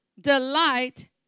delight